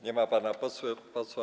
Nie ma pana posła.